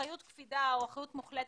אחריות קפידה או אחריות מוחלטת,